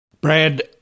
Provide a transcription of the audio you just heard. Brad